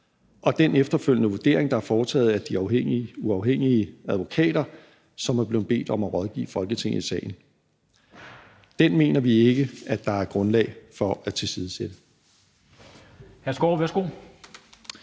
og den efterfølgende vurdering, der er foretaget af de uafhængige advokater, som er blevet bedt om at rådgive Folketinget i sagen. Den mener vi ikke at der er grundlag for at tilsidesætte.